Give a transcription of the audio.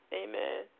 amen